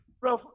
bro